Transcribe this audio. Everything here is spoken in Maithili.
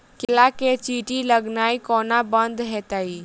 केला मे चींटी लगनाइ कोना बंद हेतइ?